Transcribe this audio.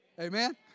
Amen